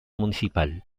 municipal